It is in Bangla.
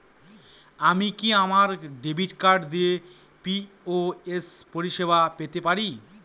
আমি কি আমার ডেবিট কার্ড দিয়ে পি.ও.এস পরিষেবা পেতে পারি?